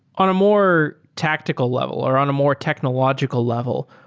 on a more tactical level or on a more technological level,